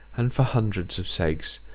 and for hundreds of sakes,